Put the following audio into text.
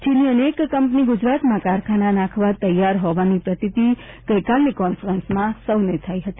ચીનની અનેક કંપની ગુજરાતમાં કારખાના નાંખવા તૈયાર હોવાની પ્રતિતિ ગઇકાલની કોન્ફરન્સમાં સૌને થઇ હતી